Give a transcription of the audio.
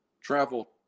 travel